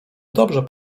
dobrze